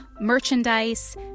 merchandise